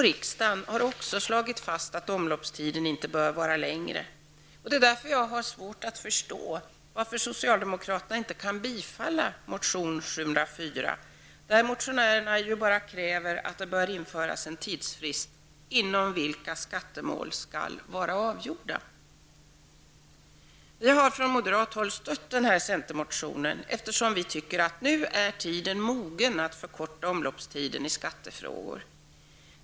Riksdagen har också slagit fast att omloppstiden inte bör vara längre. Därför har jag svårt att förstå varför socialdemokraterna inte kan tillstyrka motion JU704, där motionärerna ju bara kräver att det bör införas en tidsfrist inom vilken skattemål skall vara avgjorda. Vi har från moderat håll stött den här centermotionen, eftersom vi tycker att tiden nu är mogen att förkorta omloppstiden i skattefrågor.